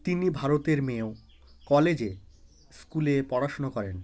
তিনি ভারতের মেয়েও কলেজে স্কুলে পড়াশুনো করেন